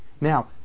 now